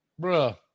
Bruh